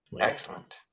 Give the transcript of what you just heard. excellent